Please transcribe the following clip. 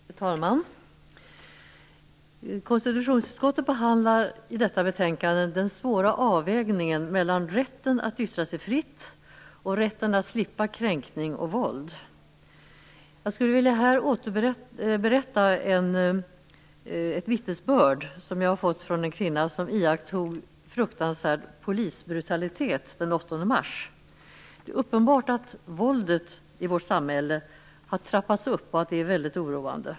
Fru talman! Konstitutionsutskottet behandlar i detta betänkande den svåra avvägningen mellan rätten att yttra sig fritt och rätten att slippa kränkning och våld. Jag skulle här vilja återberätta ett vittnesbörd jag fått från en kvinna som iakttog fruktansvärd polisbrutalitet den 8 mars. Det är uppenbart att våldet i vårt samhälle har trappats upp, och det är väldigt oroande.